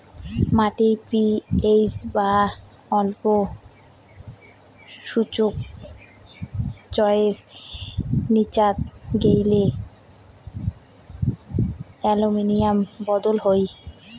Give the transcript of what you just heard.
মাটির পি.এইচ বা অম্ল সূচক ছয়ের নীচাত গেইলে অ্যালুমিনিয়াম বদল হই